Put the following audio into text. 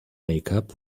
makeup